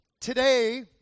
today